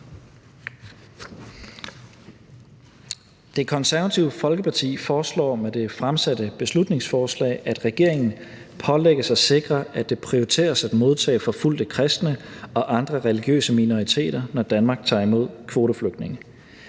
Det Konservative Folkeparti foreslår med det fremsatte beslutningsforslag, at regeringen pålægges at sikre, at det prioriteres at modtage forfulgte kristne og andre religiøse minoriteter, når Danmark tager imod kvoteflygtninge.